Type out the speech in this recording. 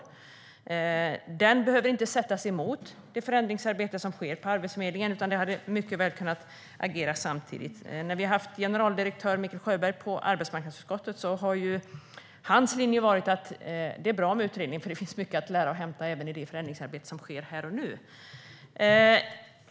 Utredningen behöver inte sättas emot det förändringsarbete som sker på Arbetsförmedlingen, utan det hade mycket väl kunnat fungera samtidigt. När vi hade generaldirektör Mikael Sjöberg i arbetsmarknadsutskottet var hans linje att det är bra med utredningen, eftersom det finns mycket att lära och hämta även i det förändringsarbete som sker här och nu.